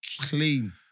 clean